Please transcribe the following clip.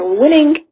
winning